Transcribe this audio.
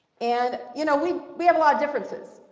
and you know we we have a lot of differences.